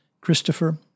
Christopher